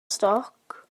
stoc